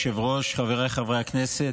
אדוני היושב-ראש, חבריי חברי הכנסת,